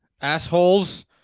assholes